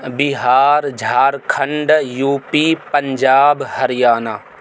Bihar Jharkhand U P Punjab Haryana